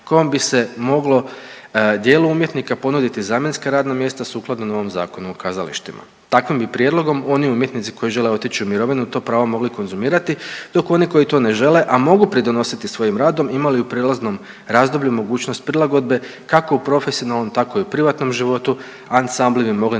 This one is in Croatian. kojom bi se moglo dijelu umjetnika ponuditi zamjenska radna mjesta sukladno novom Zakonu o kazalištima. Takvim bi prijedlogom oni umjetnici koji žele otići u mirovinu to pravo mogli konzumirati dok oni koji to ne žele, a mogu pridonositi svojim radom imali u prijelaznom razdoblju mogućnost prilagodbe kako u profesionalnom tako i u privatnom životu, ansambli bi mogli